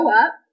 up